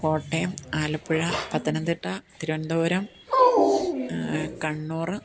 Kottayam Alappuzha Pathanamthitta Thiruvananthapuram Kannur